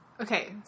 Okay